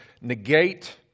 negate